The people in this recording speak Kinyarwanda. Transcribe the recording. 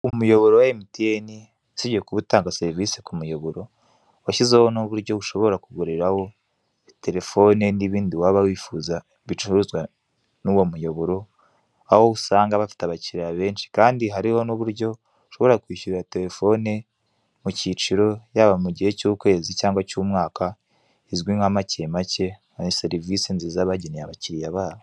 Umuyoboro wa MTN usibye kuba utanga serivise kumuyoboro washyizeho n'uburyo ushobora kuguriraho terefone n'ibindi waba wifuza bicuruzwa nuwo muyoboro aho usanga bafite abakiriya benshi kandi hariho n'uburyo ushobora kwishura terefoni mu kiciro yaba mu gihe cy'ukwezi cyangwa cy'umwaka izwi nka makemake ni serivise nziza bageneye abakiriya babo.